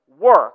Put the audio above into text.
work